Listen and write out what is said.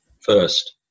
first